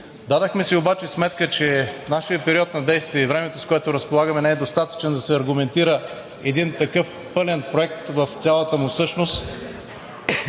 Дадохме си обаче сметка, че нашият период на действие и времето, с което разполагаме, не е достатъчен, за да се аргументира един такъв пълен проект в цялата му същност